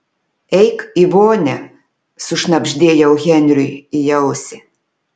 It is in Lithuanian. eik į vonią sušnabždėjau henriui į ausį